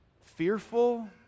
fearful